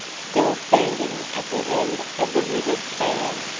still standing at the end of the river span,